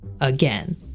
Again